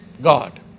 God